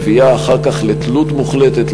מביאה אחר כך לתלות מוחלטת,